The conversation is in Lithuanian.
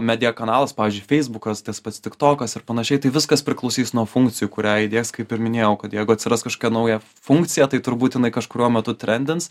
media kanalas pavyzdžiui feisbukas tas pats tiktokas ir panašiai tai viskas priklausys nuo funkcijų kurią įdiegs kaip ir minėjau kad jeigu atsiras kažkokia nauja funkcija tai turbūt jinai kažkuriuo metu trendins